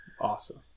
Awesome